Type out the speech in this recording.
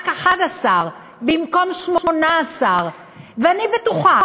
רק 11, במקום 18. אני בטוחה